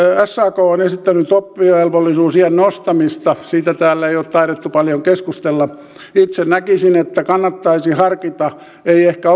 sak on esittänyt oppivelvollisuusiän nostamista siitä täällä ei ole taidettu paljon keskustella itse näkisin että kannattaisi harkita ei ehkä